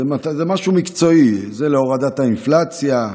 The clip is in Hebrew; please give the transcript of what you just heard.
זה משהו מקצועי, היא הורדת האינפלציה,